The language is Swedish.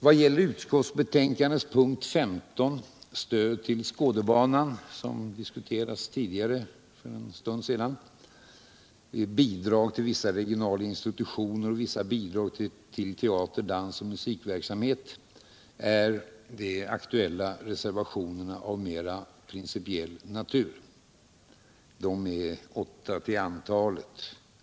Vad gäller utskottsbetänkandets punkt 15 — stöd till Skådebanan, bidrag till vissa regionala institutioner och vissa bidrag till teater-, dans och musikverksamhet — är de aktuella reservationerna mera av principiell natur. De är åtta till antalet.